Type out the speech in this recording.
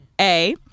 A-